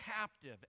captive